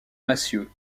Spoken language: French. massieu